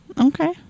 Okay